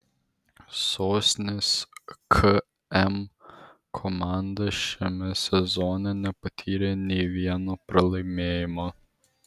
sostinės km komanda šiame sezone nepatyrė nei vieno pralaimėjimo